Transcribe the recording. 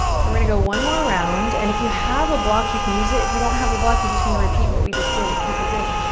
so we're gonna go one more round and if you have a block, you can use it. if you don't have a block, you're just gonna repeat what we just did. it's super great.